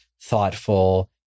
thoughtful